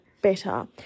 better